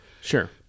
Sure